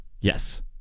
Yes